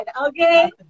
Okay